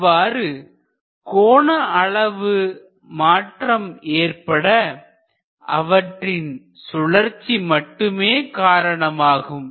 அவ்வாறு கோண அளவு மாற்றம் ஏற்பட அவற்றின் சுழற்சி மட்டுமே காரணம் ஆகும்